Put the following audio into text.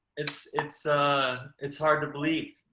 it's it's it's hard to believe.